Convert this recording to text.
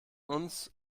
uns